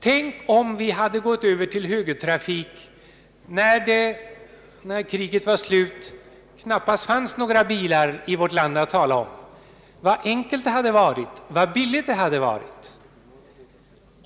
Tänk om vi hade gått över till högertrafik, när kriget var slut och det knappast fanns några bilar i vårt land att tala om. Hur enkelt det hade varit och vad billigt det hade varit.